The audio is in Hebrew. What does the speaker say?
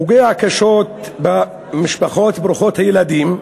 פוגע קשות במשפחות ברוכות הילדים.